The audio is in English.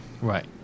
Right